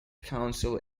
council